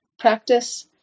practice